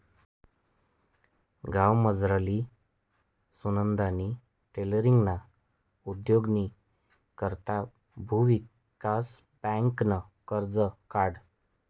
गावमझारली सुनंदानी टेलरींगना उद्योगनी करता भुविकास बँकनं कर्ज काढं